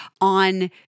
on